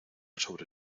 sobre